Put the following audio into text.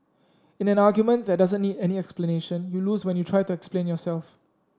in an argument that doesn't need any explanation you lose when you try to explain yourself